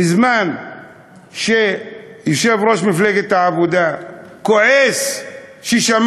בזמן שיושב-ראש מפלגת העבודה כועס ששמע